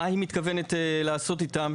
ומה היא מתכוונת לעשות איתם,